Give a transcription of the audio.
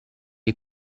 est